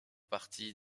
partie